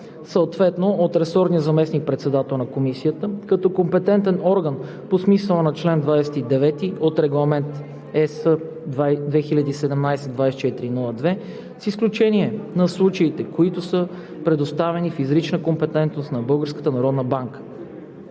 съответно от ресорния заместник председател на Комисията като компетентен орган по смисъла на чл. 29 от Регламент (ЕС) 2017/2402 с изключение на случаите, които са предоставени в изричната компетентност на